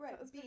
Right